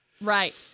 Right